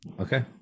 okay